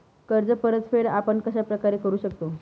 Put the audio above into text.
कर्ज परतफेड आपण कश्या प्रकारे करु शकतो?